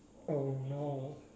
oh no